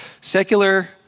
Secular